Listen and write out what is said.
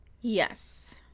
Yes